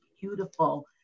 beautiful